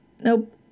Nope